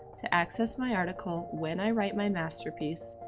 to access my article, when i write my masterpiece,